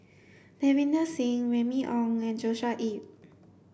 Davinder Singh Remy Ong and Joshua Ip